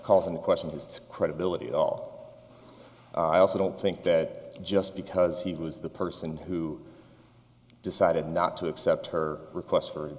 into question his credibility at all i also don't think that just because he was the person who decided not to accept her requests for